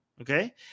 Okay